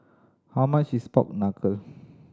how much is pork knuckle